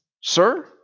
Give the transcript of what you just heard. Sir